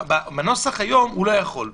בנוסח היום הוא לא יכול.